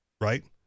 right